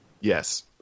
Yes